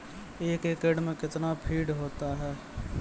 एक एकड मे कितना फीट होता हैं?